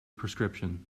prescription